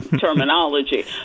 terminology